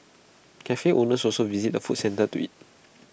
Cafe owners also visit the food centre to eat